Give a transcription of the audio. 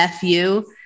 FU